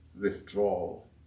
withdrawal